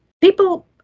People